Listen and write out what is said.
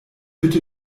bitte